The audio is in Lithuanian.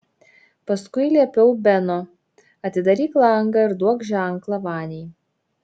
paskui liepiau beno atidaryk langą ir duok ženklą vaniai